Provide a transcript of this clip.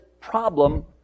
problem